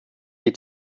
die